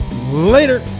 Later